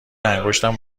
انگشتم